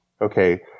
okay